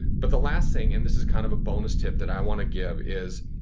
but the last thing, and this is kind of a bonus tip that i want to give, is